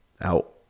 out